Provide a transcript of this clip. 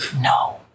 No